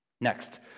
Next